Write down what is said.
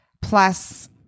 Plus